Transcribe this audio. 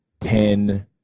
ten